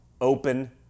open